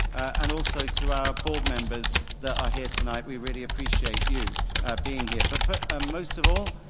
and also to our board members that are here tonight, we really appreciate you being here, but for ah most of all,